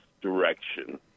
direction